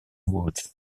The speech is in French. woods